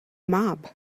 mob